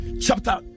chapter